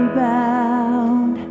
bound